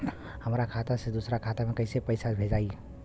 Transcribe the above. हमरा खाता से दूसरा में कैसे पैसा भेजाई?